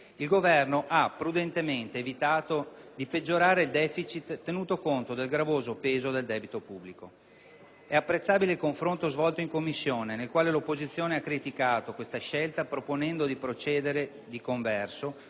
il Governo ha prudentemente evitato di peggiorare il deficit, tenuto conto del gravoso peso del debito pubblico. È apprezzabile il confronto svolto in Commissione nel quale l'opposizione ha criticato questa scelta proponendo di procedere, di converso,